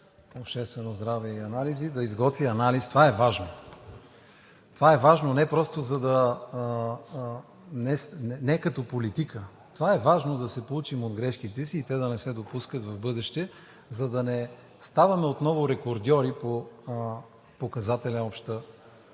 обществено здраве и анализи – да изготви анализ. Това е важно. Това е важно не като политика – това е важно, за да се поучим от грешките си и те да не се допускат в бъдеще, за да не ставаме отново рекордьори по показателя „обща